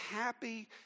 happy